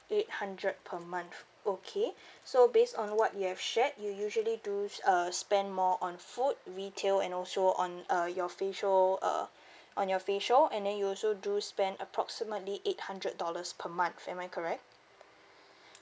eight hundred per month okay so based on what you have shared you usually do uh spend more on food retail and also on uh your facial uh on your facial and then you also do spend approximately eight hundred dollars per month am I correct